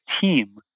team